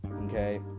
okay